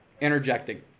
Interjecting